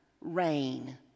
rain